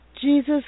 Jesus